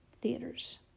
theaters